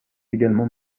également